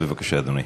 בבקשה, אדוני.